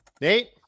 Nate